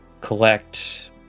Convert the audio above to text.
collect